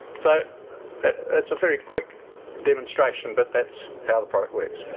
so it's a very quick demonstration, but that's how the product works.